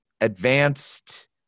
Advanced